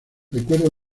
recuerda